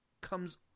comes